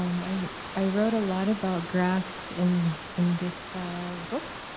um i i wrote a lot about grass in in this book.